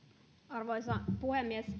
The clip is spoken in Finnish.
arvoisa puhemies